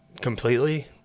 completely